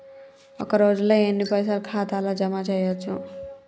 ఒక రోజుల ఎన్ని పైసల్ ఖాతా ల జమ చేయచ్చు?